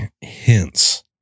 hints